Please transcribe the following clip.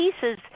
pieces